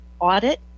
audit